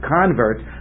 convert